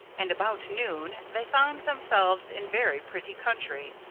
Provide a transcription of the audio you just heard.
and about noon they found themselves in very pretty country.